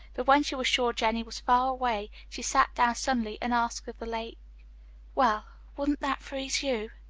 but when she was sure jennie was far away she sat down suddenly and asked of the lake well, wouldn't that freeze you?